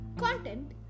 content